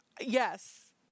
Yes